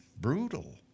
brutal